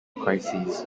crises